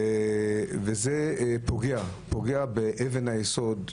וזה פוגע באבן היסוד,